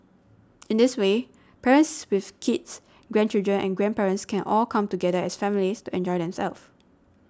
in this way parents with kids grandchildren and grandparents can all come together as families to enjoy themselves